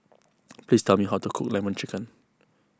please tell me how to cook Lemon Chicken